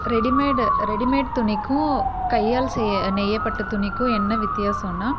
readymade readymade துணிக்கும் கையால் செய்ய நெய்யப்பட்ட துணிக்கும் என்ன வித்தியாசன்னால்